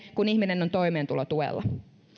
kun ihminen on toimeentulotuella